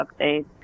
updates